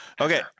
Okay